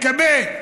תתכבד,